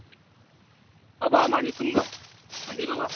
ᱵᱟᱵᱟ ᱟᱢᱟᱜ ᱧᱩᱛᱩᱢ ᱫᱚ ᱢᱟᱺᱡᱷᱤ ᱵᱟᱵᱟ